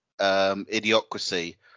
Idiocracy